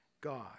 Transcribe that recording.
God